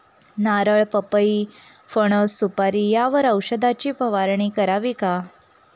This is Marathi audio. नारळ, पपई, फणस, सुपारी यावर औषधाची फवारणी करावी का?